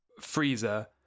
Freezer